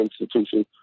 institution